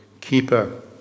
keeper